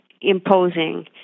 imposing